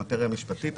המטריה המשפטית,